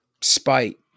spite